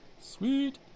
Sweet